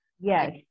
yes